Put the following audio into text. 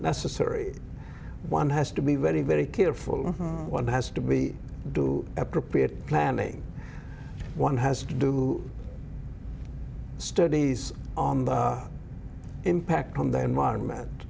necessary one has to be very very careful and one has to be do appropriate planning one has to do studies on the impact on the environment